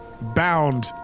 bound